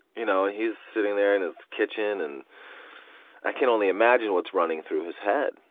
you know and he's sitting there in his kitchen, and i can only imagine what's running through his head.